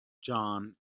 john